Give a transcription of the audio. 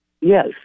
Yes